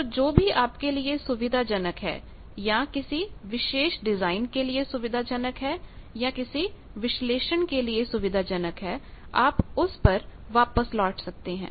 तो जो भी आपके लिए सुविधाजनक है या किसी विशेष डिजाइन के लिए सुविधाजनक है या किसी विश्लेषण के लिए सुविधाजनक है आप उस पर वापस लौट सकते हैं